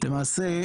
למעשה,